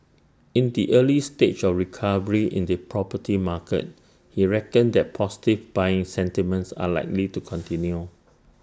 in the early stage of recovery in the property market he reckoned that positive buying sentiments are likely to continue